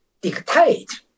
dictate